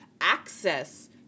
access